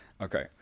Okay